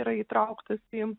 yra įtrauktas į